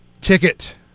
Ticket